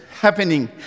happening